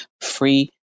free